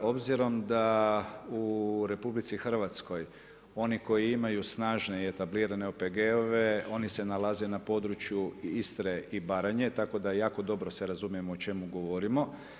Obzirom da u RH oni koji imaju snažne i etablirane OPG-ove oni se nalaze na području Istre i Baranje, tako da jako dobro se razumijemo o čemu govorimo.